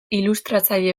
ilustratzaile